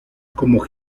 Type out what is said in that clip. como